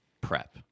prep